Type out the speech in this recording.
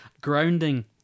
Grounding